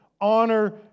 Honor